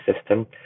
system